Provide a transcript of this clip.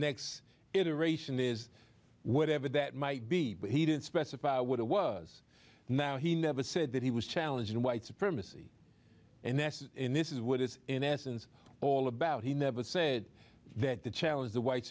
next iteration is whatever that might be but he didn't specify what it was now he never said that he was challenging white supremacy and that in this is what is in essence all about he never said that to challenge the white